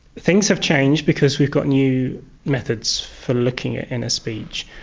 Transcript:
things have changed because we've got new methods for looking at inner speech.